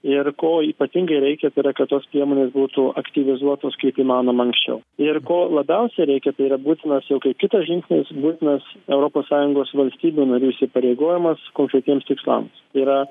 ir ko ypatingai reikia tai yra kad tos priemonės būtų aktyvizuotos kaip įmanoma anksčiau ir ko labiausiai reikia tai yra būtinas jau kaip kitas žingsnis būtinas europos sąjungos valstybių narių įsipareigojimas konkretiems tikslams tai yra